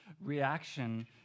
reaction